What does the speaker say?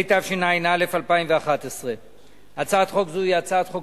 התשע"א 2011. הצעת חוק זו היא הצעת חוק